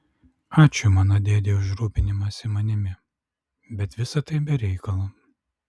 ačiū mano dėdei už rūpinimąsi manimi bet visa tai be reikalo